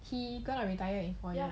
he going to retire already